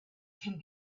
can